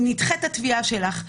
התביעה שלך נדחית.